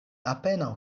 apenaŭ